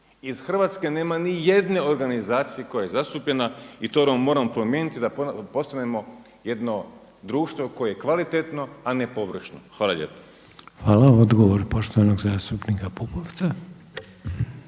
Iz Hrvatske nema ni jedne organizacije koja je zastupljena i to moramo promijeniti da postanemo jedno društvo koje je kvalitetno, a ne površno. Hvala lijepo. **Reiner, Željko (HDZ)** Hvala. Odgovor poštovanog zastupnika Pupovca.